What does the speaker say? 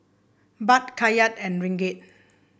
Baht Kyat and Ringgit